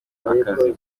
akazi